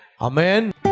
Amen